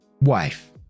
Wife